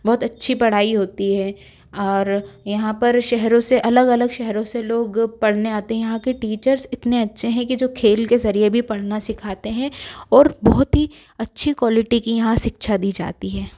बहुत अच्छी पढ़ाई होती है और यहाँ पर शहरों से अलग अलग शहरों से लोग पढ़ने आते हैं यहाँ के टीचर्स इतने अच्छे हैं कि जो खेल के ज़रिये भी पढ़ना सिखाते हैं और बहुत ही अच्छी क्वालिटी की यहाँ शिक्षा दी जाती है